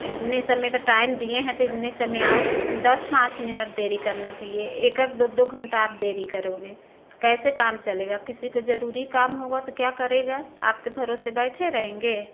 इतने समय का टाइम दिए हैं त इतने समय आओ दस पाँच मिनट देरी करना चाहिए एक एक दो दो घंटा आप देरी करोगे कैसे काम चलेगा किसी को ज़रूरी काम होगा तो क्या करेगा आपके भरोसे बैठे रहेंगे